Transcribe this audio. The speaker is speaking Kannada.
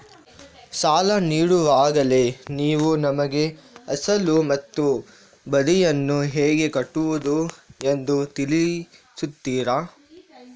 ಸಾಲ ನೀಡುವಾಗಲೇ ನೀವು ನಮಗೆ ಅಸಲು ಮತ್ತು ಬಡ್ಡಿಯನ್ನು ಹೇಗೆ ಕಟ್ಟುವುದು ಎಂದು ತಿಳಿಸುತ್ತೀರಾ?